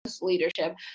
leadership